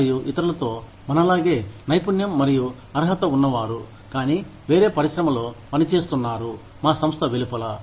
మరియు ఇతరులతో మనలాగే నైపుణ్యం మరియు అర్హత ఉన్న వారు కానీ వేరే పరిశ్రమలో పని చేస్తున్నారు మా సంస్థ వెలుపల